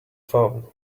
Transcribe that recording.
phone